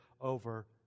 over